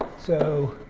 so